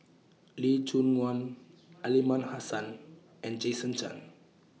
Lee Choon Guan Aliman Hassan and Jason Chan